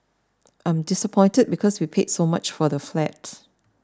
I'm disappointed because we paid so much for the flat